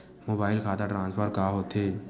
Mobile खाता transfer का होथे?